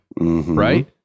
right